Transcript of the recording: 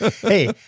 Hey